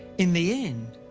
in the end,